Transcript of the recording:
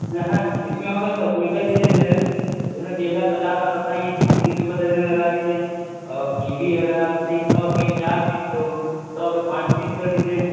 جہاں جس میں ہوگا تو اس میں کر لیجیے گا جیسے کیلا پچاس آپ بتائیں ہیں کہ تیس روپئے درجن لگا لیجیے اور کیوی اگر آپ بتائیں سو کے چار پیس تو سو کے پانچ پیس کر دیجیے